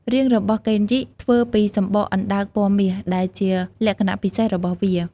រាងរបស់កេនយិធ្វើពីសំបកអណ្តើកពណ៌មាស ដែលជាលក្ខណៈពិសេសរបស់វា។